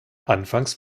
anfangs